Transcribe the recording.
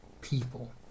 people